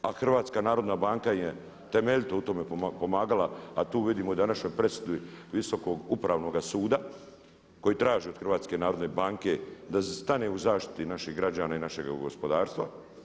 A HNB im je temelj, u tome pomagala a tu vidimo i današnju presudu Visokoga upravnoga suda koji traži od HNB-a da stane u zaštiti naših građana i našeg gospodarstva.